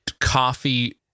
coffee